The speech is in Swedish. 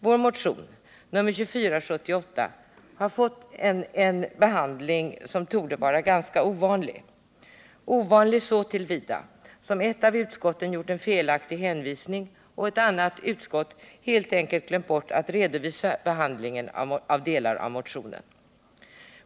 Vår motion 2478 har fått en behandling som torde vara ganska ovanlig — så till vida att ett av utskotten gjort en felaktig hänvisning och ett annat utskott helt enkelt glömt bort att redovisa behandlingen av delar av motionen.